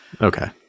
Okay